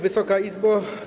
Wysoka Izbo!